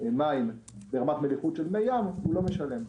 מים ברמת מליחות של מי ים, לא משלם.